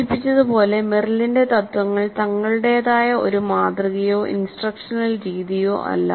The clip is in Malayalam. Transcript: സൂചിപ്പിച്ചതുപോലെ മെറിലിന്റെ തത്ത്വങ്ങൾ തങ്ങളുടേതായ ഒരു മാതൃകയോ ഇൻസ്ട്രക്ഷണൽ രീതിയോ അല്ല